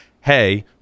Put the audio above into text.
hey